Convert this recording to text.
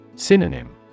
Synonym